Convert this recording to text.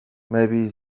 maybe